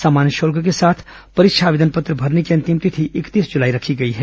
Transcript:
सामान्य शुल्क के साथ परीक्षा आवेदन पत्र भरने की अंतिम तिथि इकतीस जुलाई रखी गई है